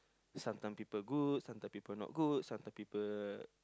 sometime people good sometime people not good sometime people